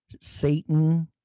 satan